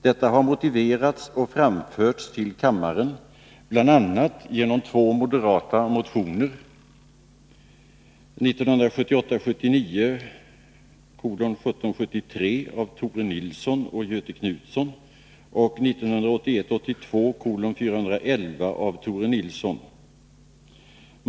Detta har motiverats och framförts till kammaren bl.a. genom två moderata motioner: 1978 82:411 av Tore Nilsson.